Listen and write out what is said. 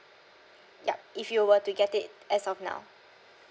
yup if you were to get it as of now